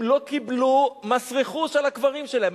הם לא קיבלו מס רכוש על הקברים שלהם.